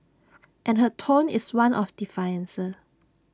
and her tone is one of defiance